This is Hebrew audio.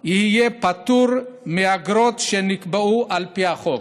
יהיה פטור מאגרות שנקבעו על פי החוק.